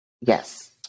Yes